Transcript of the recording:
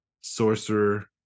Sorcerer